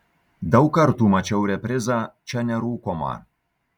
daug kartų mačiau reprizą čia nerūkoma